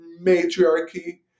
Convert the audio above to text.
matriarchy